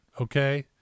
okay